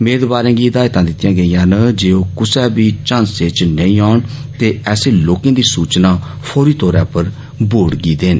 मेदवारें गी हिदायतां दित्तियां गेइयां न जे ओ कुसै बी झांसे च नेई औन ते ऐसे लोकें दी सूचना बोर्ड गी देन